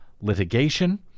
litigation